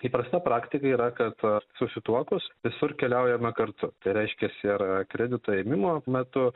įprasta praktika yra kad susituokus visur keliaujame kartu tai reiškiasi ir kredito ėmimo metu